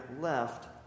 left